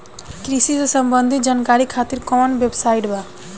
कृषि से संबंधित जानकारी खातिर कवन वेबसाइट बा?